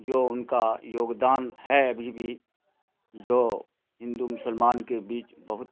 جو ان کا یوگدان ہے ابھی بھی جو ہندو مسلمان کے بیچ بہت